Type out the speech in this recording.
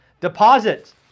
Deposits